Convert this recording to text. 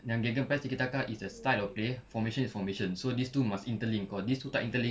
yang gegenpress tiki-taka is a style of player formation is formation so these two must interlink kalau these two tak interlink